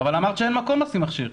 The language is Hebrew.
אבל אמרת שאין מקום לשים מכשיר.